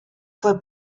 fue